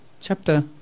Chapter